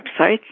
websites